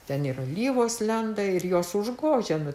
ten ir alyvos lenda ir jos užgožia nu